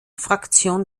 fraktion